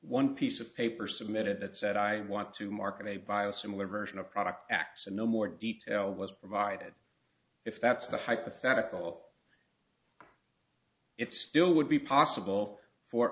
one piece of paper submitted that said i want to market a by a similar version of product x and no more detail was provided if that's not hypothetical it still would be possible for